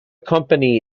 company